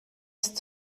ist